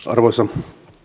arvoisa